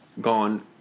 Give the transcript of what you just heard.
gone